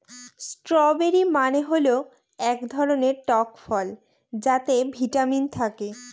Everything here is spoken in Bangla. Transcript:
স্ট্রওবেরি মানে হয় এক ধরনের টক ফল যাতে ভিটামিন থাকে